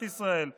בבריחה מהכלא?